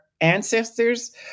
ancestors